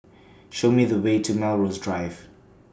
Show Me The Way to Melrose Drive